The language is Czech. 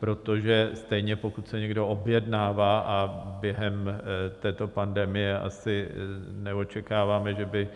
Protože stejně, pokud se někdo objednává a během této pandemie asi neočekáváme, že by